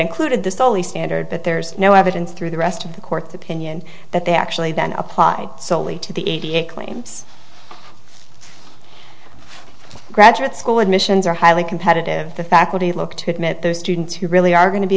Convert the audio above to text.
included this only standard but there's no evidence through the rest of the court's opinion that they actually then apply solely to the eighty eight claims graduate school admissions are highly competitive the faculty look to admit those students who really are going to be